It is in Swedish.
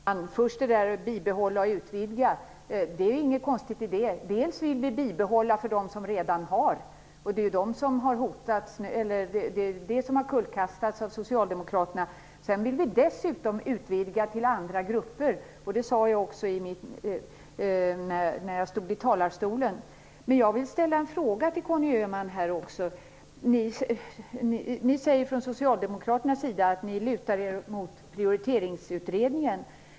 Herr talman! Det vi har sagt om att bibehålla eller utvidga vårdgarantin är inget konstigt. Vi vill bibehålla vårdgarantin för dem som redan har den. Det är ju det som har kullkastats av Socialdemokraterna. Dessutom vill vi utvidga vårdgarantin till andra grupper. Det sade jag också från talarstolen. Jag vill ställa en fråga till Conny Öhman. Ni socialdemokrater säger att ni lutar er mot prioriteringsutredningen.